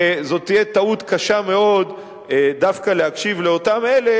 וזאת תהיה טעות קשה מאוד דווקא להקשיב לאותם אלה